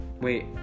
Wait